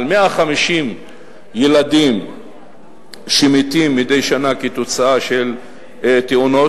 על 150 ילדים שמתים מדי שנה כתוצאה מתאונות,